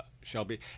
Shelby